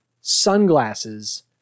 sunglasses